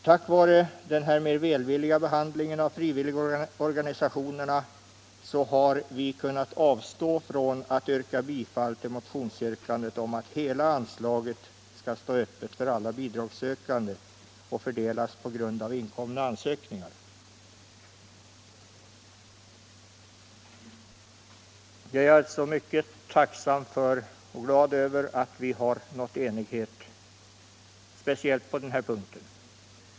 Tack vare den här mer välvilliga behandlingen av frivilligorganisationerna har vi kunnat avstå från att hemställa om bifall till motionsyrkandet, nämligen att hela anslaget skall stå öppet för alla bidragssökande och fördelas på grundval av inkomna ansökningar. Jag är tacksam och glad för att vi nått enighet på denna punkt.